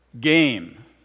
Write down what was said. game